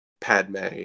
Padme